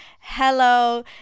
hello